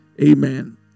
Amen